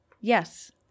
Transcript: Yes